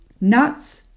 nuts